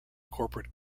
corporate